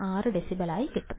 6 decibel ആയിരിക്കും